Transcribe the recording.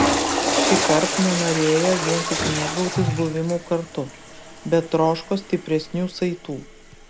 šįkart nenorėjo vien tik mėgautis buvimu kartu bet troško stipresnių saitų